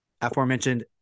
aforementioned